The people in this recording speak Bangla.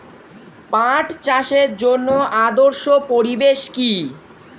পাট চাষের জন্য আদর্শ পরিবেশ কি?